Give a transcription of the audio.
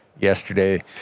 yesterday